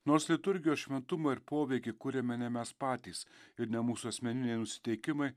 nors liturgijos šventumą ir poveikį kuriame ne mes patys ir ne mūsų asmeniniai nusiteikimai